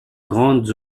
grandes